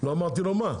לא אמרתי לו מה.